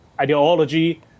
ideology